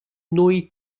نوعی